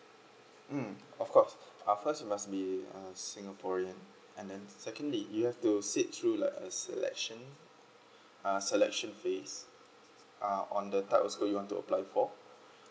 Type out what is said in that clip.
mm of course uh first must be a singaporean and then secondly you have to sit through like a selection uh selection phase uh on the type also you want to apply for